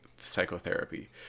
psychotherapy